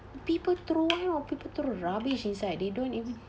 people throw you know people throw rubbish inside they don't even